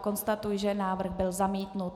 Konstatuji, že návrh byl zamítnut.